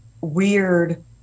weird